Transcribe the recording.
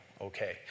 okay